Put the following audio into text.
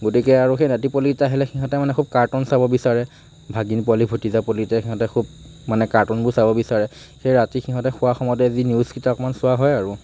গতিকে আৰু নাতি পোৱালিকেইটা আহিলে সিহঁতে মানে খুব কাৰ্টুন চাব বিচাৰে ভাগিন পোৱালি ভতিজা পোৱালিকেইটাই সিহঁতে খুব মানে কাৰ্টুনবোৰ চাব বিচাৰে সেই ৰাতি সিহঁতে শোৱাৰ সময়তে যি নিউজকেইটা অকণমান চোৱা হয় আৰু